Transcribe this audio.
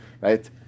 right